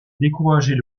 décourager